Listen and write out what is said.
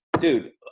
dude